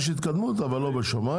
יש התקדמות אבל היא לא בשמים.